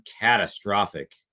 catastrophic